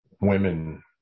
women